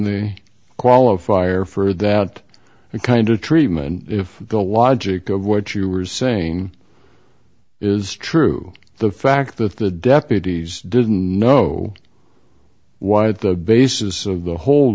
the qualifier for that kind of treatment if the logic of what you were saying is true the fact that the deputies didn't know what the basis of the hol